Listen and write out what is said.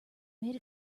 made